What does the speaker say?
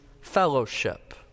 fellowship